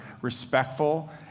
respectful